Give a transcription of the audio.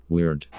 Weird